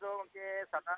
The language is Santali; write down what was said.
ᱟᱫᱚ ᱜᱚᱢᱠᱮ ᱥᱟᱱᱟᱢ